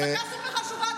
הפסקה חשובה,